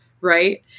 Right